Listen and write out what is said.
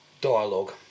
dialogue